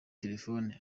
telefone